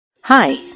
Hi